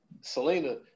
Selena